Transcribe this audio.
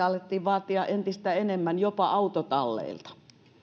alettiin vaatia entistä enemmän jopa autotalleilta